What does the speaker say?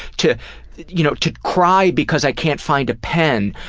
to you know to cry because i can't find a pen.